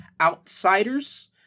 outsiders